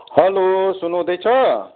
hello सुन्नुहुँदैछ